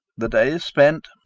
the day is spent.